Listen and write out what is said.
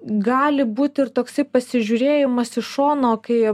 gali būt ir toksai pasižiūrėjimas iš šono kai